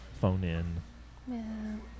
phone-in